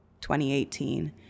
2018